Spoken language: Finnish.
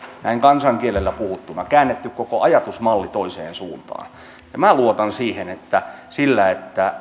näin kansankielellä puhuttuna on käännetty koko ajatusmalli toiseen suuntaan minä luotan siihen että se että